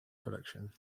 prediction